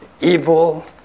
evil